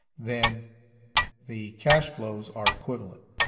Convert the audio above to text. then the cash flows are equivalent.